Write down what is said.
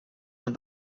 van